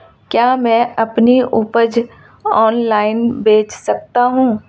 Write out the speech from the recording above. क्या मैं अपनी उपज ऑनलाइन बेच सकता हूँ?